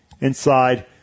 inside